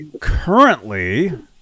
currently